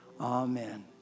Amen